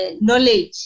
knowledge